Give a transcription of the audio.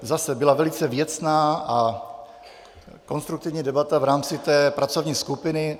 Zase byla velice věcná a konstruktivní debata v rámci té pracovní skupiny.